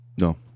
No